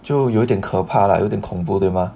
就有点可怕 lah 有点恐怖对吗